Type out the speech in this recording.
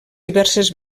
diverses